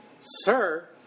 sir